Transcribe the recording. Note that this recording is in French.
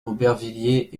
aubervilliers